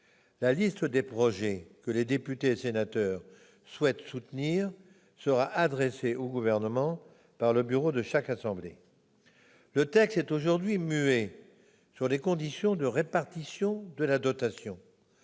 La liste des projets que les députés et sénateurs souhaitent soutenir sera adressée au Gouvernement par le bureau de chaque assemblée. Le texte est aujourd'hui muet sur les conditions de répartition de la dotation.